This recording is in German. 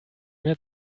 mehr